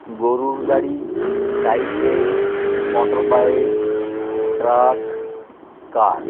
গরুর গাড়ি cycle motorbike truck কার